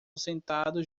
sentados